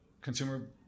consumer